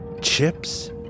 chips